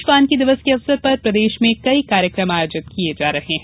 विश्व वानिकी दिवस के अवसर पर प्रदेश में भी कई कार्यकम आयोजित किये जा रहे हैं